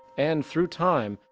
and through time,